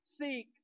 seek